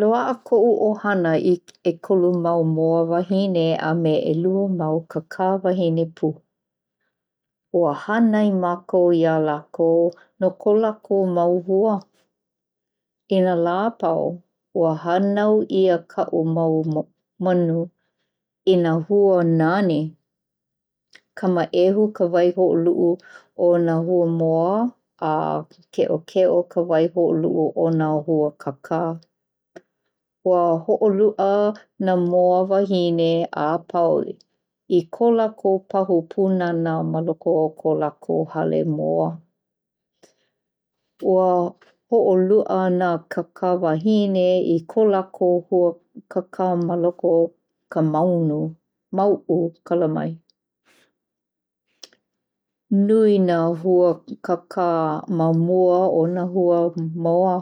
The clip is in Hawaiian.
Loaʻa koʻu ʻohana i ʻekolu mau moa wahine a me ʻelua mau kakā wahine pū. Ua hānai mākou iā lākou no ko lākou mau hua. I nā lā a pau, ua hānau ʻia kaʻu mau <m-lettersound> manu i nā hua nani! Kamaʻehu ka waihoʻolulu o nā hua moa a keʻokeʻo ka waihoʻoluʻu o nā hua kakā. Ua hoʻoluʻa nā moa wahine a pau i ko lākou pahu pūnana ma loko o ko lākou hale moa. Ua hoʻoluʻa nā kakā wahine i ko lākou hua kakā ma loko o ka <maunu-mistake>mauʻu, kala mai. Nui nā hua kakā ma mua o nā hua moa.